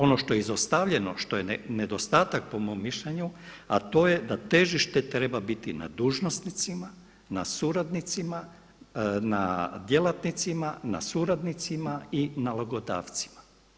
Ono što je izostavljeno, što je nedostatak po mom mišljenju, a to je da težište treba biti na dužnosnicima, na suradnicima, na djelatnicima, na suradnicima i nalogodavcima.